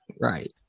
Right